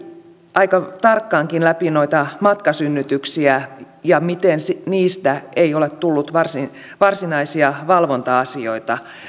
aika tarkkaankin läpi noita matkasynnytyksiä ja sitä miten niistä ei ole tullut varsinaisia valvonta asioita